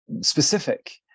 specific